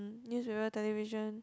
newspaper television